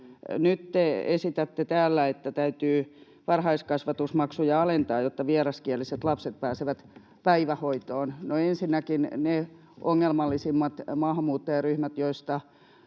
Nyt te esitätte täällä, että täytyy varhaiskasvatusmaksuja alentaa, jotta vieraskieliset lapset pääsevät päivähoitoon. No, ensinnäkin ne ongelmallisimmat maahanmuuttajaryhmät, joista